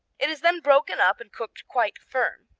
it is then broken up and cooked quite firm.